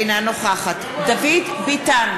אינה נוכחת דוד ביטן,